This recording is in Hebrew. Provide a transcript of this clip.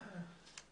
בבקשה.